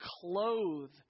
Clothe